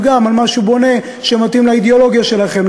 על משהו בונה שמתאים לאידיאולוגיה שלכם,